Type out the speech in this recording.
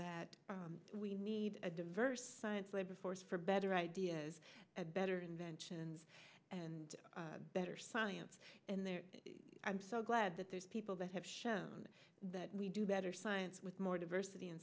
that we need a diverse science labor force for better ideas and better inventions and better science and there i'm so glad that there's people that have shown that we do better science with more diversity in